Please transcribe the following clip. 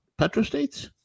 petrostates